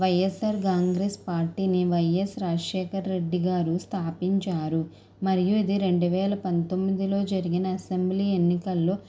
వైఎస్ఆర్ కాంగ్రెస్ పార్టీని వైస్ రాజశేఖర రెడ్డిగారు స్థాపించారు మరియు ఇది రెండు వేల పంతొమ్మిదిలో జరిగిన అసెంబ్లీ ఎన్నికల్లో